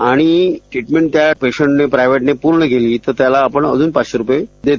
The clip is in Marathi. आणि ट्टीटमेंट त्या पेशंटने प्रायव्हेटनं पूर्ण केली तर त्या आपण अजून पाचशे रुपये देतो